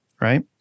right